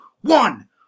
One